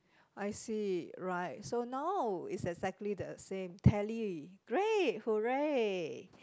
I see right so now it's exactly the same tally great !hurray!